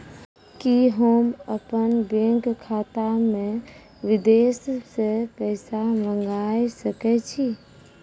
कि होम अपन बैंक खाता मे विदेश से पैसा मंगाय सकै छी?